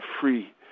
free